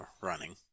running